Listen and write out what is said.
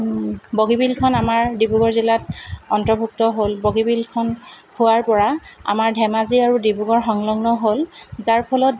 বগীবিলখন আমাৰ ডিব্ৰুগড় জিলাত অন্তৰ্ভুক্ত হ'ল বগীবিলখন হোৱাৰ পৰা আমাৰ ধেমাজি আৰু ডিব্ৰুগড় সংলগ্ন হ'ল যাৰ ফলত